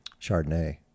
Chardonnay